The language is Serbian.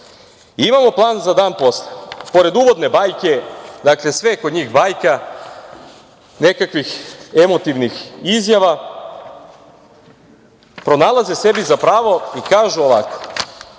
redom.„Imamo plan za dan posle“, pored uvodne bajke, dakle, sve je kod njih bajka nekakvih emotivnih izjava, pronalaze sebi za pravo i kažu ovako